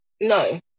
No